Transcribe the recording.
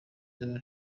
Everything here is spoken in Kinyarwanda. day